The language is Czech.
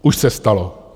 Už se stalo.